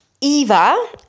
Eva